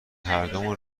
هردومون